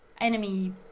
enemy